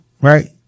right